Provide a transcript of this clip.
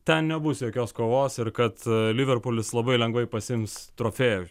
ten nebus jokios kovos ir kad liverpulis labai lengvai pasiims trofėjų